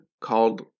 called